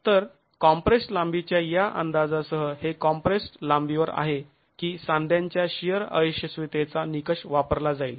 तर कॉम्प्रेस्ड् लांबीच्या या अंदाजासह हे कॉम्प्रेस्ड् लांबीवर आहे की सांध्यांच्या शिअर अयशस्वीतेचा निकष वापरला जाईल